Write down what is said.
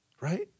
right